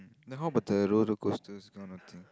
then how about the roller coasters kind of thing